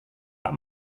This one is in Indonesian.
pak